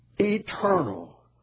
Eternal